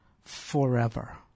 forever